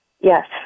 Yes